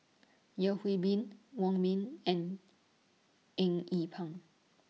Yeo Hwee Bin Wong Ming and Eng Yee Peng